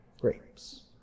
grapes